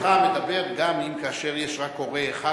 החוק שלך מדבר גם אם כאשר יש רק הורה אחד,